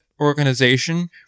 organization